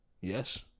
Yes